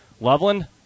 Loveland